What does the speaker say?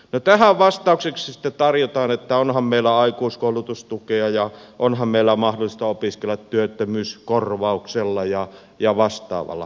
no tähän vastaukseksi sitten tarjotaan että onhan meillä aikuiskoulutustukea ja onhan meillä mahdollista opiskella työttömyyskorvauksella ja vastaavalla